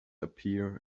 appear